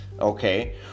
Okay